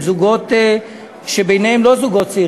הם זוגות שבעיניהם הם לא זוגות צעירים,